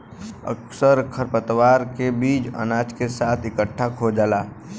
अक्सर खरपतवार के बीज अनाज के साथ इकट्ठा खो जाला